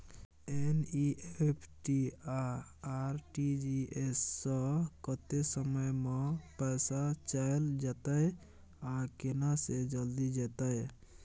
NEFT आ RTGS स कत्ते समय म पैसा चैल जेतै आ केना से जल्दी जेतै?